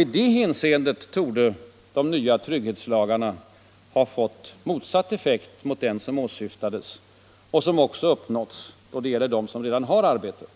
I det hänseendet torde de nya trygghetslagarna ha fått en motsatt effekt mot den som åsyftades och som också uppnåtts, då det gäller dem som redan har arbete.